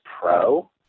pro